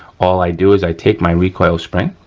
all i do is i take my recoil spring